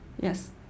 yes